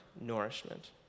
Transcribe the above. nourishment